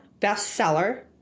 bestseller